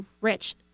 rich